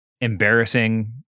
embarrassing